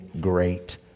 great